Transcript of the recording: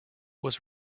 was